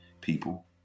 people